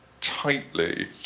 tightly